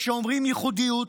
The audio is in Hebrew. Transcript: כשאומרים "ייחודיות",